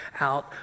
out